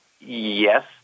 yes